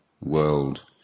world